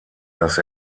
dass